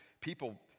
people